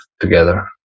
together